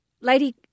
Lady